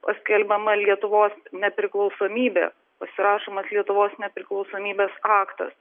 paskelbiama lietuvos nepriklausomybė pasirašomas lietuvos nepriklausomybės aktas